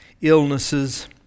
illnesses